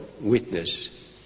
witness